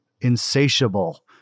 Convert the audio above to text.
insatiable